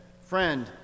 Friend